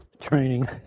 training